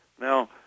Now